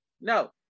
no